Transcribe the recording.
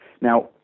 now